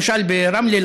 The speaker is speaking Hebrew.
למשל ברמלה,